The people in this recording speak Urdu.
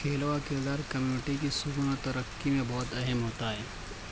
کھیلوں کا کردار کمیونٹی کی سکون اور ترقی میں بہت اہم ہوتا ہے